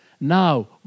now